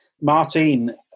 Martin